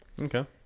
okay